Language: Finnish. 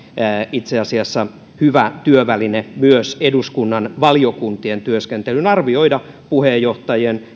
itse asiassa hyvä työväline myös eduskunnan valiokuntien työskentelyssä arvioida puheenjohtajien